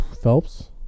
Phelps